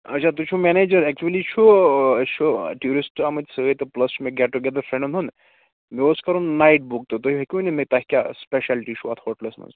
اچھا تُہۍ چھُو منیجر ایٚکچلی چھُ اسہِ چھُ ٹوٗرِسٹہٕ آمٕتۍ سۭتۍ تہٕ پٕلَس چھُ مےٚ گیٚٹ ٹُو گیٚدَر فِرٛینٛڈَن ہُنٛد مےٚ اوس کَرُن نایِٹ بُک تہٕ تُہۍ ہیٚکوٕ یہِ ؤنِتھ تۅہہِ کیٛاہ سِپیشیالِٹی چھِ اَتھ ہوٹلَس منٛز